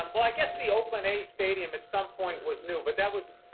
um well, i guess the oakland a's stadium at some point was new, but that was,